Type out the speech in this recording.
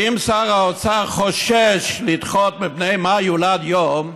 ואם שר האוצר חושש לדחות מפני מה יולד יום,